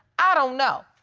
i don't know.